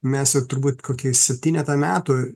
mes jau turbūt kokį septynetą metų